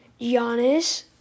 Giannis